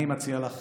אני מציע לך